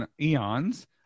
Eons